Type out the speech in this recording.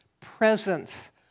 presence